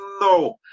No